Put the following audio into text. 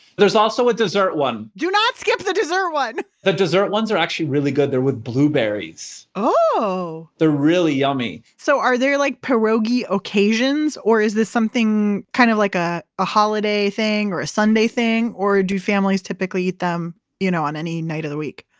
there's also a dessert one do not skip the dessert one! the dessert ones are actually really good. they're with blueberries ohh! they're really yummy so are there like pierogi occasions or is this something, kind of like ah a holiday thing or a sunday thing? or do families typically eat them you know on any night of the week?